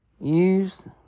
Use